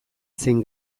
zen